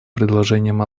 предложениям